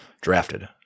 drafted